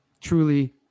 truly